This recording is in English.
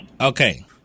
okay